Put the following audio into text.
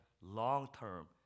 long-term